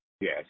Yes